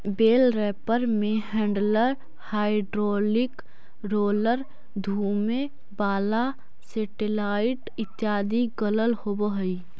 बेल wrapper में handler, hydraulic roller, घुमें वाला सेटेलाइट इत्यादि लगल होवऽ हई